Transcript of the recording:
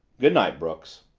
good night, brooks.